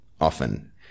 often